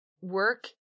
work